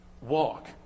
walk